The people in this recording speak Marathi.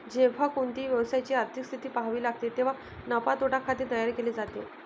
जेव्हा कोणत्याही व्यवसायाची आर्थिक स्थिती पहावी लागते तेव्हा नफा तोटा खाते तयार केले जाते